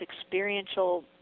experiential